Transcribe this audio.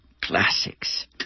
classics